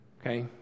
Okay